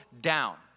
down